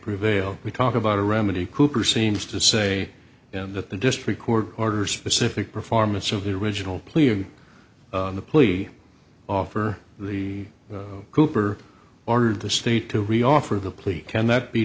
prevail we talk about a remedy cooper seems to say that the district court order specific performance of the original plea of the plea offer the cooper ordered the state to re offer the plea can that be